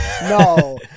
No